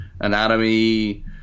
anatomy